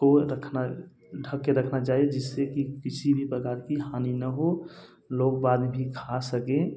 को रखना ढ़क कर रखना चाहिए जिससे कि किसी भी प्रकार की हानि न हो लोग बाद में भी खा सके